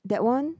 that one